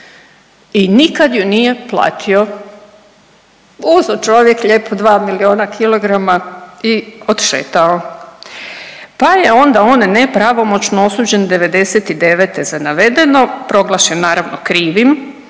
i nikad ju nije platio. Uzeo čovjek lijepo 2 miliona kilograma i odšetao, pa je onda on nepravomoćno osuđen '99. za navedeno, proglašen naravno krivim,